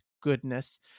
goodness